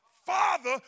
Father